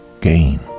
gain